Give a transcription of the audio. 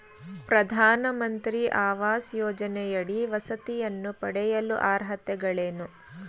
ಪ್ರಧಾನಮಂತ್ರಿ ಆವಾಸ್ ಯೋಜನೆಯಡಿ ವಸತಿಯನ್ನು ಪಡೆಯಲು ಅರ್ಹತೆಗಳೇನು?